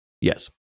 Yes